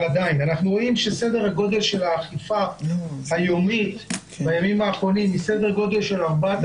אנחנו רואים שסדר הגודל של האכיפה היומית בימים האחרונים הוא 4,300